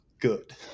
good